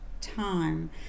time